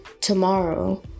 tomorrow